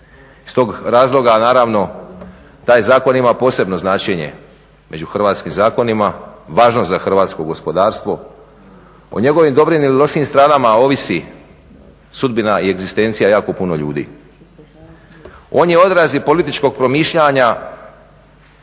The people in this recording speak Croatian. Iz tog razloga naravno taj zakon ima posebno značenje među hrvatskim zakonima, važno za hrvatsko gospodarstvo. O njegovim dobrim ili lošim stranama ovisi sudbina i egzistencija jako puno ljudi. On je odraz i političkog promišljanja